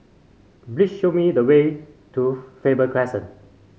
please show me the way to Faber Crescent